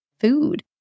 food